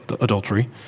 adultery